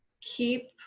keep